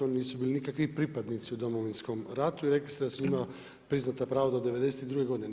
Oni nisu bili nikakvi pripadnici u Domovinskom ratu i rekli ste da su njima priznata prava do '92. godine.